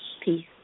Peace